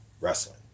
Wrestling